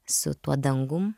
su tuo dangum